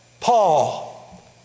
Paul